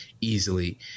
Easily